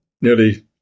nearly